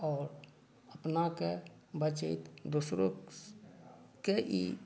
आओर अपनाके बचैत दोसरोके ई